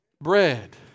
bread